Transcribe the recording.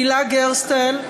הילה גרסטל,